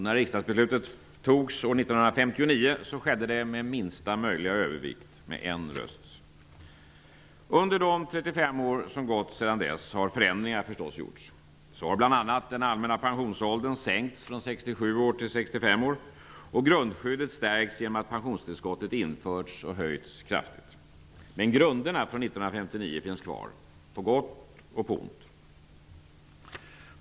När riksdagsbeslutet fattades år 1959 skedde det med minsta möjliga övervikt -- med en röst. Under de 35 år som gått sedan dess har förändringar naturligtvis gjorts. Så har bl.a. den allmänna pensionsåldern sänkts från 67 till 65 år och grundskyddet stärkts genom att pensionstillskottet införts och höjts kraftigt. Men grunderna från 1959 finns kvar -- på gott och på ont.